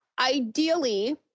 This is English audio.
ideally